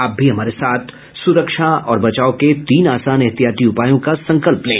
आप भी हमारे साथ सुरक्षा और बचाव के तीन आसान एहतियाती उपायों का संकल्प लें